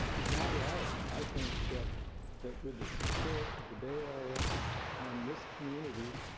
is not right. i think that that with the support of the bay area and this community,